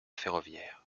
ferroviaire